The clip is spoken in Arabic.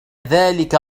ذلك